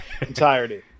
entirety